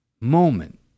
moment